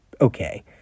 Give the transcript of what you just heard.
okay